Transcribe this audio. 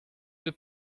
deux